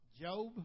Job